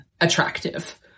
attractive